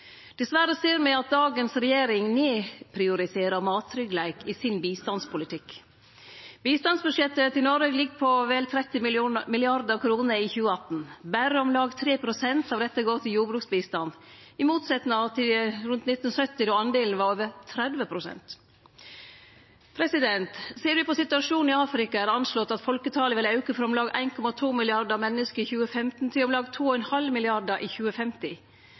ser me at dagens regjering nedprioriterer mattryggleik i bistandspolitikken sin. Bistandsbudsjettet i Noreg ligg på vel 30 mrd. kr i 2018. Berre om lag 3 pst. av dette går til jordbruksbistand, i motsetnad til rundt 1970, då denne delen var over 30 pst. Ser me på situasjonen i Afrika, er det anslått at folketalet vil auke frå om lag 1,2 milliardar menneske i 2015 til om lag 2,5 milliardar i 2050. Denne auken må ein naturlegvis ta fatt i